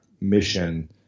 mission